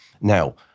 Now